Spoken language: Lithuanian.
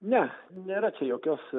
ne nėra čia jokios